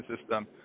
system